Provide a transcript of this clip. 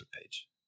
page